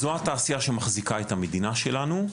זו התעשייה שמחזיקה את המדינה שלנו.